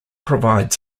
provides